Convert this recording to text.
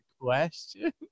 question